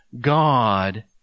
God